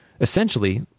essentially